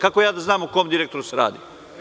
Kako ja da znam o kom direktoru se radi?